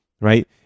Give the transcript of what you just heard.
right